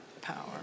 power